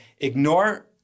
ignore